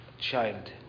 child